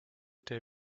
der